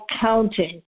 counting